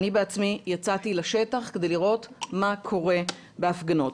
אני בעצמי יצאתי לשטח כדי לראות מה קורה בהפגנות.